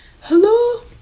Hello